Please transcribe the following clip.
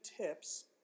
tips